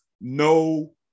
no